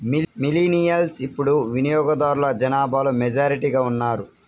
millennials ఇప్పుడు వినియోగదారుల జనాభాలో మెజారిటీగా ఉన్నారు